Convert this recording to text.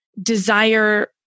Desire